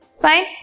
Fine